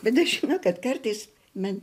bet aš žinau kad kartais man